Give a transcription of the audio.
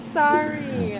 sorry